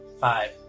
Five